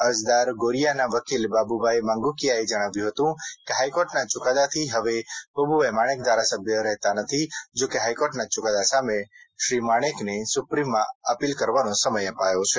અરજદાર ગોરીયાના વકીલ બાબુબાઇ માંગુકીયાએ જણાવ્યું હતું કે હાઇકોર્ટના ચૂકાદાથી હવે પબુભા માણેક ધારાસભ્ય રહેતા નથી જો કે હાઇકોર્ટના ચુકાદા સામે શ્રી પબુભા માણેકને સુપ્રિમમાં અપીલ કરવાનો સમય અપાયો છે